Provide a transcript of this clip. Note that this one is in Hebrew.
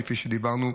כפי שדיברנו.